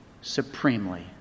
supremely